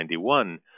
1991